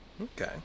Okay